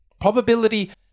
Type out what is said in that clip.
Probability